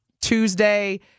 Tuesday